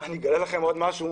אני אגלה לכם עוד משהו.